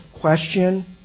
question